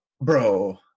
Bro